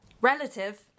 relative